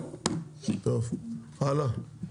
סיימת?